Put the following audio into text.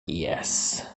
yes